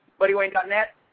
buddywayne.net